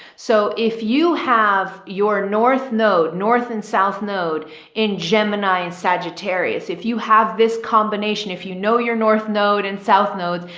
so if you have your north node north and south node in gemini and sagittarius, if you have this combination, if you know your north node and south node,